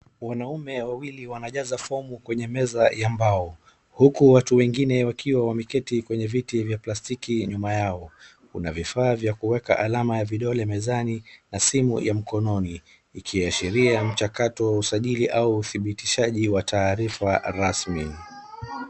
Wanaume wawili wanajaza fomu kwenye meza ya mbao huku watu wengine wakiwa wameketi kwenye viti vya plastiki nyuma yao. Kuna vifaa vya kuweka alama ya vidole mezani na simu ya mkononi ikiashiria mchakato wa usjili au udhibitishaji wa taarifa rasmi.